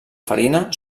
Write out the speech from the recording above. farina